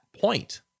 point